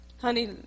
Honey